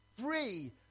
free